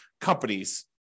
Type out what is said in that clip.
companies